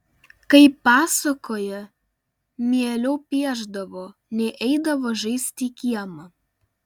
kaip pasakoja mieliau piešdavo nei eidavo žaisti į kiemą